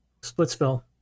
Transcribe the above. Splitsville